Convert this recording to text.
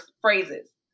phrases